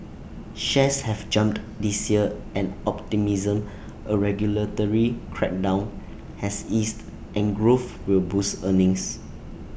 shares have jumped this year on optimism A regulatory crackdown has eased and growth will boost earnings